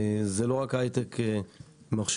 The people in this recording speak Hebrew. זה לא רק היי-טק מחשבים,